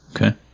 Okay